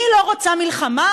היא לא רוצה מלחמה,